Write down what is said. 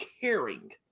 caring